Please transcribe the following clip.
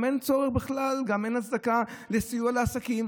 גם אין צורך בכלל ואין הצדקה לסיוע לעסקים.